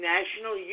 National